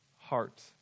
heart